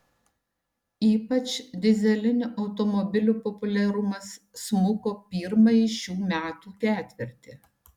ypač dyzelinių automobilių populiarumas smuko pirmąjį šių metų ketvirtį